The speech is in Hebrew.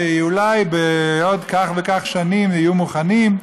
שאולי בעוד כך וכך שנים יהיו מוכנות,